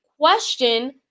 question